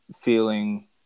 feeling